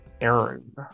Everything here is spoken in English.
Aaron